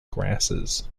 grasses